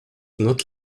not